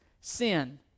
sin